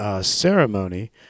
ceremony—